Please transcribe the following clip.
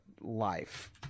life